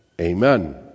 amen